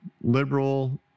Liberal